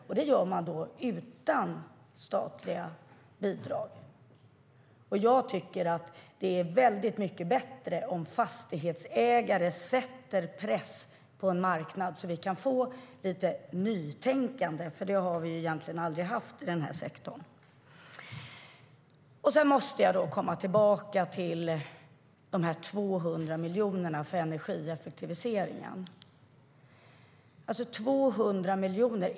Och det gör man då utan statliga bidrag. Sedan måste jag komma tillbaka till de 200 miljonerna för energieffektiviseringen.